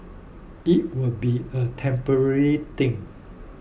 it will be a temporary thing